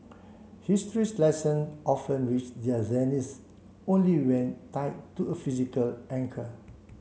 history's lesson often reach their zenith only when tied to a physical anchor